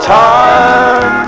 time